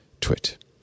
twit